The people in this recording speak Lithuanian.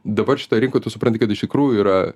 dabar šitoj rinkoj tu supranti kad iš tikrųjų yra